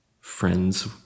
friends